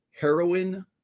heroin